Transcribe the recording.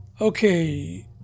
Okay